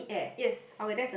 yes